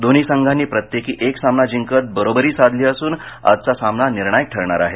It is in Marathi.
दोन्ही संघांनी प्रत्येकी एक सामना जिंकत बरोबरी साधली असुन आजचा सामना निर्णायक ठरणार आहे